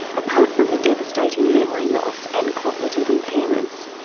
apart from the devastating memory loss and cognitive impairments,